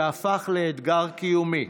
שהפך לאתגר קיומי,